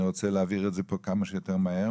אני רוצה להעביר את זה פה כמה שיותר מהר,